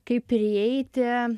kaip prieiti